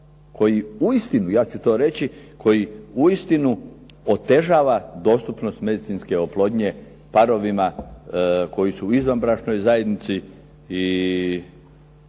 koji uistinu, ja ću to reći, koji uistinu otežava dostupnost medicinske oplodnje parovima koji su u izvanbračnoj zajednici i